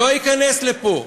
לא ייכנס לפה.